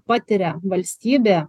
patiria valstybė